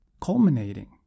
Culminating